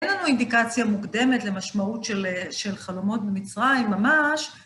אין לנו אינדיקציה מוקדמת למשמעות של חלומות במצרים, ממש.